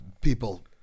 people